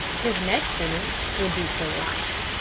his next sentence would be for life.